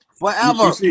forever